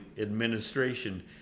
administration